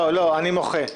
אני מוחה.